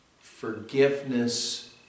forgiveness